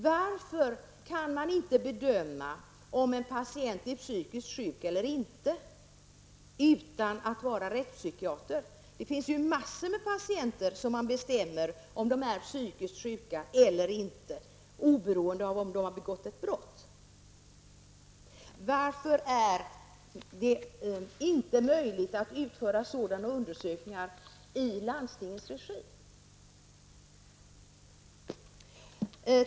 Varför kan man inte bedöma om en patient är psykiskt sjuk eller inte utan att vara rättspsykiater? Det finns massor med patienter om vilka man bestämmer om de är psykiskt sjuka eller inte oberoende av om de har begått ett brott. Varför är det inte möjligt att utföra sådana undersökningar i landstingsregi?